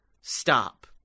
stop